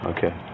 Okay